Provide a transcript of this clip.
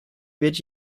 wird